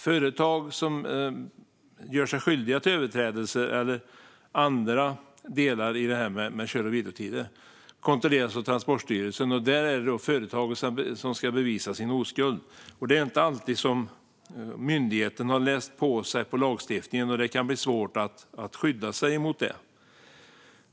Företag som gör sig skyldiga till överträdelser i det här med kör och vilotider eller andra delar kontrolleras av Transportstyrelsen. Där är det företaget som ska bevisa sin oskuld. Det är inte alltid myndigheten har läst på i lagstiftningen, och det kan bli svårt att skydda sig mot det.